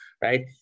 right